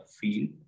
field